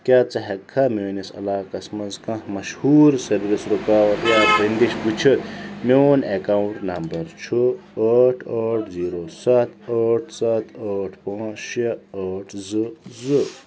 کیٛاہ ژٕ ہیٚکہِ کھا میٛٲنِس علاقَس منٛز کانٛہہ مشہوٗر سٔروِس رِکاوٹ یا بنٛدِش وُچھِتھ میٛون ایٚکاونٛٹ نمبَر چھُ ٲٹھ ٲٹھ زیٖرو سَتھ ٲٹھ سَتھ ٲٹھ پانٛژھ شےٚ ٲٹھ زٕ زٕ